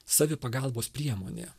savipagalbos priemonė